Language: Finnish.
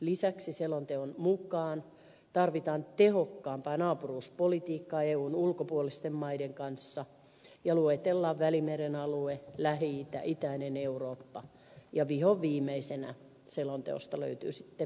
lisäksi selonteon mukaan tarvitaan tehokkaampaa naapuruuspolitiikkaa eun ulkopuolisten maiden kanssa ja luetellaan välimeren alue lähi itä itäinen eurooppa ja vihonviimeisenä selonteosta löytyy sitten venäjäkin